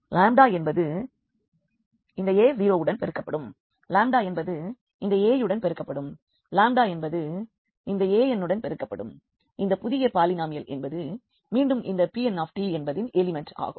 lambda என்பது இந்த a0வுடன் பெருக்கப்படும் லாம்டா என்பது இந்த a1வுடன் பெருக்கப்படும் லாம்டா என்பது இந்த a5வுடன் பெருக்கப்படும் இந்த புதிய பாலினாமியல் என்பது மீண்டும் இந்த Pn என்பதின் எலிமெண்ட் ஆகும்